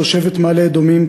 תושבת מעלה-אדומים,